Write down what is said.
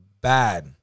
bad